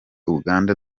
uganda